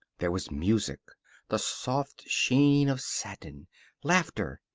there was music the soft sheen of satin laughter.